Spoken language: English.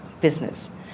business